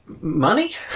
Money